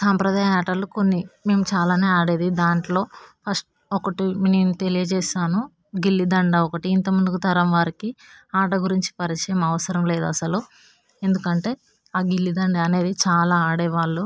సాంప్రదాయ ఆటలు కొన్ని మేము చాలా ఆడేది దాంట్లో ఫస్ట్ ఒకటి నేను తెలియచేస్తాను గిల్లిదండ ఒకటి ఇంతకుముందుకు తరంవారికి ఆట గురించి పరిచయం అవసరం లేదు అసలు ఎందుకంటే ఆ గిల్లిదండ అనేది చాలా ఆడేవాళ్ళు